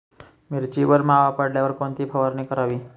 मिरचीवर मावा पडल्यावर कोणती फवारणी करावी?